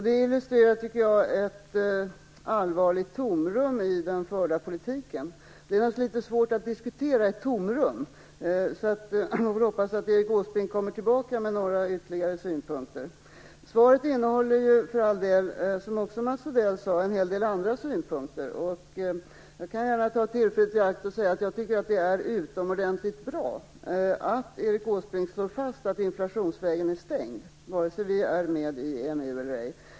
Det illustrerar ett allvarligt tomrum i den förda politiken. Det är naturligtvis litet svårt att diskutera ett tomrum. Vi får hoppas att Erik Åsbrink kommer tillbaka med några ytterligare synpunkter. Svaret innehåller för all del, som också Mats Odell sade, en hel del andra synpunkter. Jag kan gärna ta tillfället i akt och säga att jag tycker att det är utomordentligt bra att Erik Åsbrink slår fast att inflationsvägen är stängd vare sig vi är med i EMU eller ej.